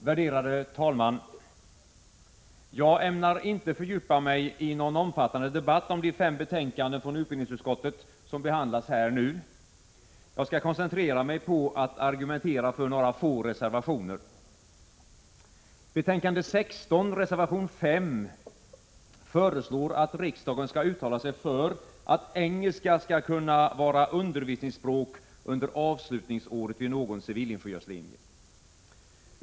Herr talman! Jag ämnar inte fördjupa mig i någon omfattande debatt om de fem betänkanden från utbildningsutskottet som nu behandlas. Jag skall koncentrera mig på att argumentera för några få reservationer. I reservation 5 i betänkande 16 föreslås att riksdagen skall uttala sig för att engelska skall kunna vara undervisningsspråk under avslutningsåret vid någon civilingenjörslinje.